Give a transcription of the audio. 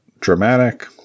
dramatic